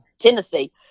Tennessee